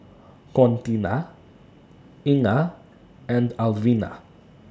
Contina Inga and Alvina